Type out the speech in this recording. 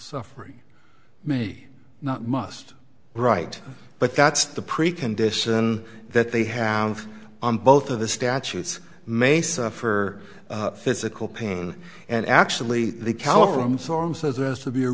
suffering maybe not must right but that's the precondition that they have on both of the statutes may suffer physical pain and actually the caliber of the song says it has to be a